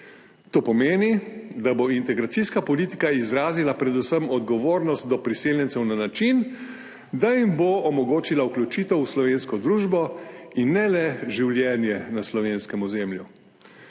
to pomeni, da bo integracijska politika izrazila predvsem odgovornost do priseljencev na način, da jim bo omogočila vključitev v slovensko družbo in ne le življenje na slovenskem ozemlju,